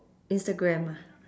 instagram ah